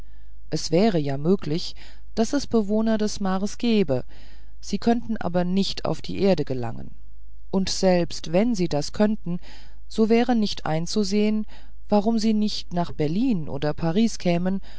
es wäre ja möglich daß es bewohner des mars gebe sie könnten aber nicht auf die erde gelangen und selbst wenn sie das könnten so wäre nicht einzusehen warum sie nicht nach berlin oder paris kämen